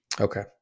Okay